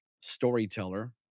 storyteller